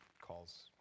calls